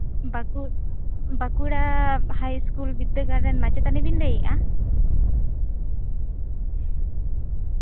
ᱵᱟᱸᱠᱩ ᱵᱟᱸᱠᱩᱲᱟ ᱦᱟᱭ ᱥᱠᱩᱞ ᱵᱤᱫᱽᱫᱟᱹᱜᱟᱲ ᱨᱮ ᱢᱟᱪᱮᱛᱟᱱᱤ ᱵᱮᱱ ᱞᱟᱹᱭᱮᱫᱼᱟ